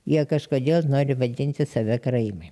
jie kažkodėl nori vadinti save karaimai